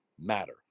matter